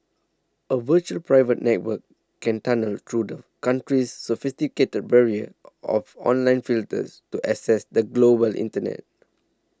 a virtual private network can tunnel through the country's sophisticated barrier of online filters to access the global internet